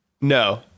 No